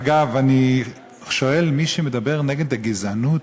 אגב, אני שואל, מי שמדבר נגד הגזענות,